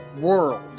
world